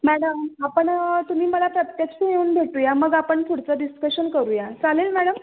madam आपण तुम्ही मला प्रत्यक्ष येऊन भेटूया मग आपण पुढचं डिस्कशन करूया चालेल मॅडम